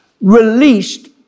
released